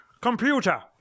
Computer